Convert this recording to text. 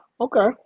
okay